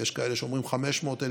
ויש כאלה שאומרים 500,000,